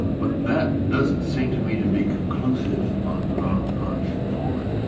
but that doesn't seem to me to be conclusive on your point,